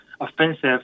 offensive